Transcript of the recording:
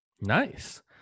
Nice